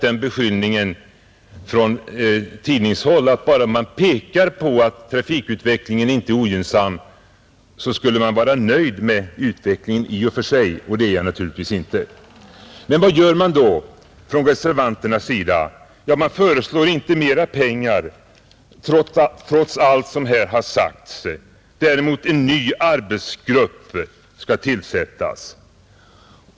Om jag tidigare har pekat på att trafikutvecklingen inte är ogynnsam, har jag nämligen från tidningshåll blivit beskylld för att vara helt nöjd med utvecklingen i och för sig, och det är jag naturligtvis inte. Vad gör då reservanterna? De föreslår inte mera pengar, trots allt som här har sagts, däremot att en ny arbetsgrupp skall tillsättas.